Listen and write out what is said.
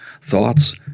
thoughts